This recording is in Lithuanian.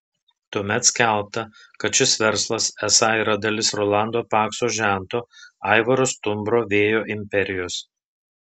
tuomet skelbta kad šis verslas esą yra dalis rolando pakso žento aivaro stumbro vėjo imperijos